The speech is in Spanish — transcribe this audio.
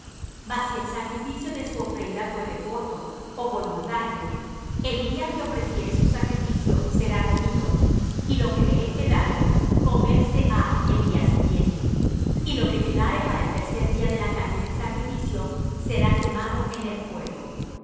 mas si el sacrificio de su ofrenda fuere voto ó voluntario el día que ofreciere su sacrificio será comido y lo que de él quedare comerse ha el día siguiente y lo que quedare para el tercer día de la carne del sacrificio será quemado en el fuego